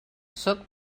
sóc